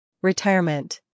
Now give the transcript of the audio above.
Retirement